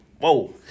Whoa